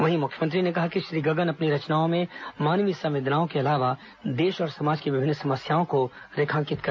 वहीं मुख्यमंत्री ने कहा कि श्री गगन अपनी रचनाओं में मानवीय संवेदनाओं के अलावा देश और समाज की विभिन्न समस्याओं को रेखांकित किया